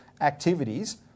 activities